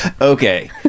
Okay